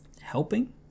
helping